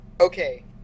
Okay